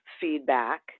feedback